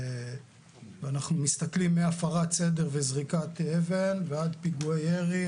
ואנחנו מתסכלים מהפרת סדר וזריקת אבן ועד פיגועי ירי,